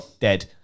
Dead